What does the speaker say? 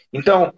Então